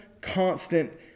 constant